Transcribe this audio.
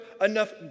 enough